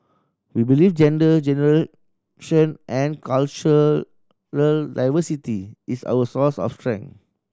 we believe gender generation and cultural diversity is our source of strength